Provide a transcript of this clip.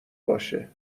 باشه